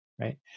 right